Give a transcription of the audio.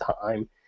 time